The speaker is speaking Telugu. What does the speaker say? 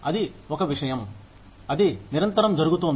అది ఒక విషయం అది నిరంతరం జరుగుతోంది